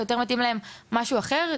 ג׳ודו או משהו אחר.